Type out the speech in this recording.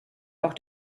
auch